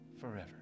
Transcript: forever